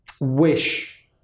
wish